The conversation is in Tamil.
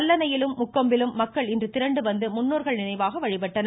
கல்லணையிலும் முக்கொம்பிலும் மக்கள் இன்று திரண்டு வந்து முன்னோர்கள் நினைவாக வழிபட்டனர்